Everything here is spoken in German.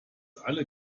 alle